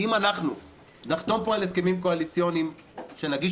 כי אם נחתום פה על הסכמים קואליציוניים שנגיש